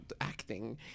acting